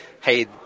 hey